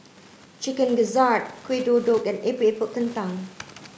chicken gizzard Kuih Kodok and Epok Epok Kentang